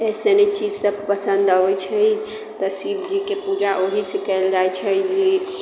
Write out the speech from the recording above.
अइसन ही चीजसभ पसन्द अबैत छै तऽ शिवजीके पूजा ओहीसँ कयल जाइत छै